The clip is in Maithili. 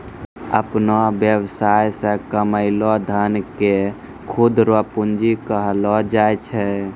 अपनो वेवसाय से कमैलो धन के खुद रो पूंजी कहलो जाय छै